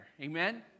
Amen